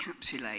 encapsulate